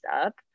up